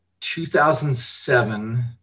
2007